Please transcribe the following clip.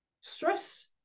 Stress